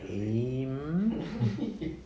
lame